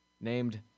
named